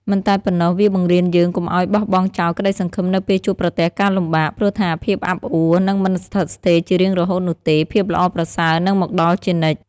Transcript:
មិនតែប៉ុណ្ណោះ វាបង្រៀនយើងកុំឲ្យបោះបង់ចោលក្តីសង្ឃឹមនៅពេលជួបប្រទះការលំបាក ព្រោះថាភាពអាប់អួរនឹងមិនស្ថិតស្ថេរជារៀងរហូតនោះទេ ភាពល្អប្រសើរនឹងមកដល់ជានិច្ច។